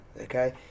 Okay